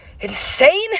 insane